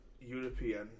European